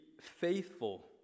faithful